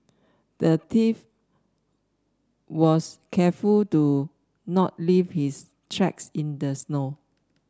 the thief was careful to not leave his tracks in the snow